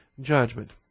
judgment